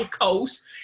Coast